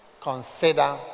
consider